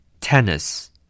Tennis